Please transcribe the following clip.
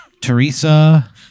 Teresa